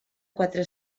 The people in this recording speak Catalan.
quatre